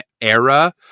era